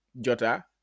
Jota